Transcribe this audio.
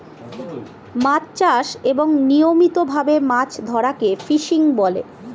মাছ চাষ এবং নিয়মিত ভাবে মাছ ধরাকে ফিশিং বলে